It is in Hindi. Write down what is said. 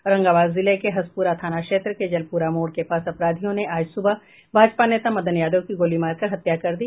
औरंगाबाद जिले के हसपुरा थाना क्षेत्र के जलपुरा मोड़ के पास अपराधियों ने आज सुबह भाजपा नेता मदन यादव की गोली मारकर हत्या कर दी